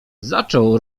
zaczął